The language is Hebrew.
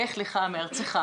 לך לך מארצך,